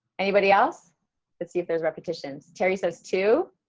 anybody else let's see if there's repetitions terry says two